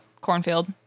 cornfield